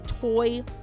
toy